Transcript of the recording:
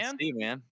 man